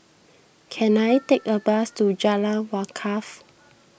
can I take a bus to Jalan Wakaff